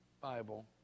Bible